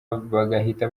bagahita